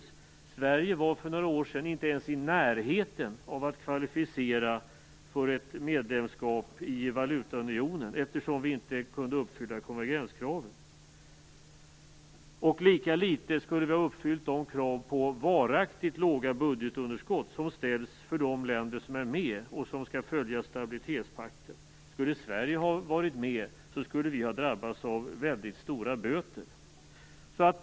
Sverige var för några år sedan inte ens i närheten av att kvalificera sig för ett medlemskap i valutaunionen, eftersom vi inte kunde uppfylla konvergenskraven. Lika litet skulle vi ha uppfyllt de krav på varaktigt låga budgetunderskott som ställs för de länder som är med och som skall följa stabilitetspakten. Om Sverige hade varit med skulle vi ha drabbats av väldigt stora böter.